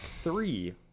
three